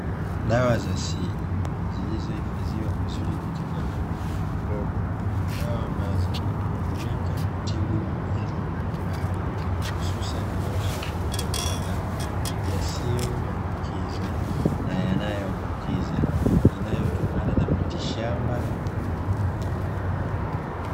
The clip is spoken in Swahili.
Dawa za asili zilizohifadhiwa vizuri katika vyombo vidogo vidogo, dawa ambazo hutumika kutibu magonjwa mbalimbali, hususan yanayoshambulia binadamu, yasiyoambukiza na yanayoambukiza, inayotokana na miti shamba.